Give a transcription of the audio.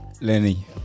Lenny